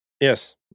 Yes